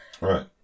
right